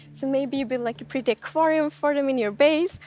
so maybe, you build like a pretty aquarium for them in your base.